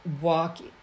walk